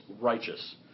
righteous